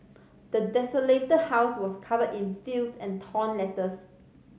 the desolated house was covered in filth and torn letters